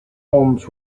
homes